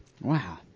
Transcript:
Wow